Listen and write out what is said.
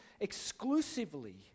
exclusively